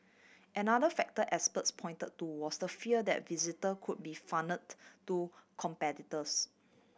another factor experts pointed to was the fear that visitor could be funnelled to competitors